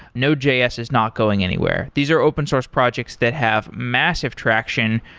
node js is not going anywhere. these are open-source projects that have massive traction.